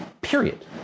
Period